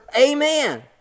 Amen